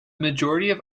majority